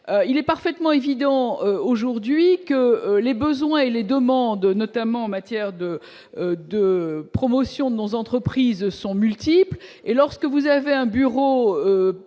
il est parfaitement évident aujourd'hui que les besoins et les demandes, notamment en matière de de promotion de nos entreprises sont multiples et lorsque vous avez un bureau